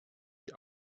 die